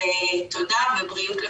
תודה ובריאות לכולנו.